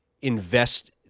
invest